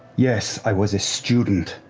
yes, i was a student